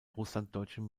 russlanddeutschen